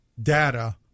data